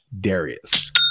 Darius